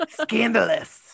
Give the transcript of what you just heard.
scandalous